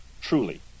Truly